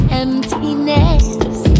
emptiness